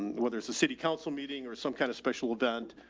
whether it's a city council meeting or some kind of special event,